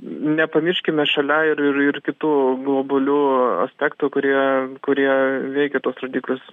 nepamirškime šalia ir ir ir kitų globalių aspektų kurie kurie veikia tuos rodiklius